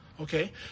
Okay